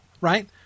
Right